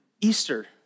Easter